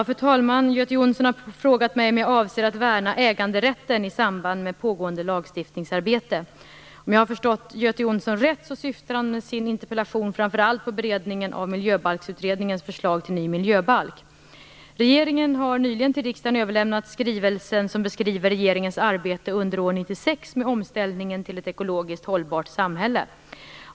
Fru talman! Göte Jonsson har frågat mig om jag avser att värna äganderätten i samband med pågående lagstiftningsarbete. Om jag har förstått Göte Jonsson rätt syftar han med sin interpellation framför allt på beredningen av Miljöbalksutredningens förslag till ny miljöbalk. Regeringen har nyligen till riksdagen överlämnat skrivelsen 1996/97:50 som beskriver regeringens arbete under år 1996 med omställningen till ett ekologiskt hållbart samhälle.